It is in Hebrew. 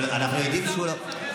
אנחנו יודעים שהוא לא פה,